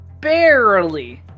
barely-